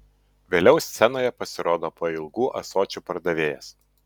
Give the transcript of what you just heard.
vėliau scenoje pasirodo pailgų ąsočių pardavėjas